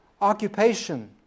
occupation